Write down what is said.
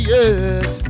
Yes